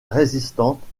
résistantes